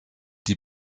die